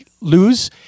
lose